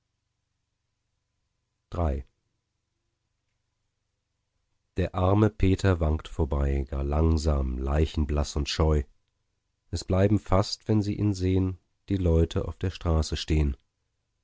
der arme peter wankt vorbei gar langsam leichenblaß und scheu es bleiben fast wenn sie ihn sehn die leute auf der straße stehn